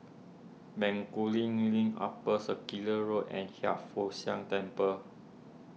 Bencoolen Link Upper Circular Road and Hiang Foo Siang Temple